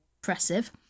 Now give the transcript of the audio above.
impressive